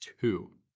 Two